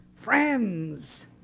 friends